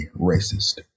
racist